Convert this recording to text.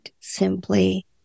simply